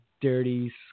dirty